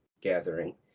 gathering